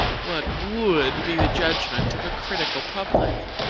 what would be the judgment of a critical public?